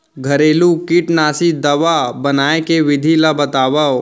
घरेलू कीटनाशी दवा बनाए के विधि ला बतावव?